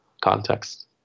context